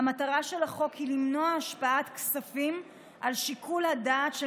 המטרה של החוק היא למנוע השפעת כספים על שיקול הדעת של